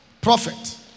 prophet